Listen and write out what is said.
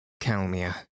calmia